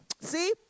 See